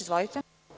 Izvolite.